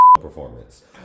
performance